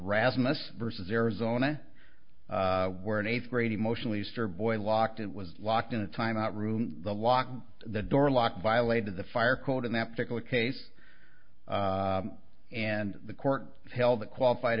rasmus versus arizona where an eighth grade emotionally stir boy locked it was locked in a timeout room locked the door locked violated the fire code in that particular case and the court held that qualified